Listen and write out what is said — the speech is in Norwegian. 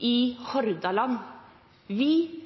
i Hordaland. I